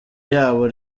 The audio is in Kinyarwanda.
yabo